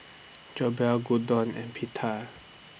Jokbal Gyudon and Pita